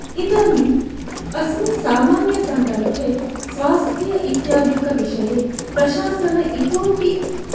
इदानीम् अस्मिन् सामन्यसन्दर्भे स्वास्थ्य इत्यादिकविषये प्रशासनम् इतोपि